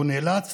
הוא נאלץ